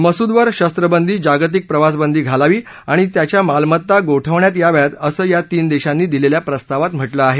मसूदवर शस्त्रबंदी जागतिक प्रवासबंदी घालावी आणि त्याच्या मालमत्ता गोठवण्यात असं या तीन देशांनी दिलेल्या प्रस्तावात म्हटलं आहे